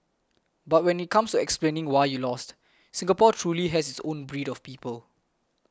but when it comes to explaining why you lost Singapore truly has its own breed of people